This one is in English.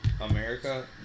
America